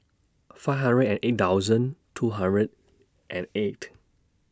five hundred and eight thousand two hundred and eight